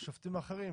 והשופטים האחרים,